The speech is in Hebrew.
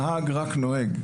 נהג רק נוהג,